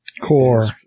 Core